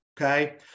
Okay